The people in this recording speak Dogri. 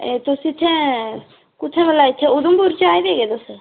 एह् तुस इत्थें कुत्थें भलां इत्थें उधमपुर च आए दे के तुस